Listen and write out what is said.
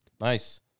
Nice